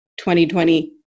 2020